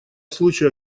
случаю